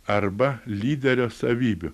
arba lyderio savybių